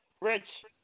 Rich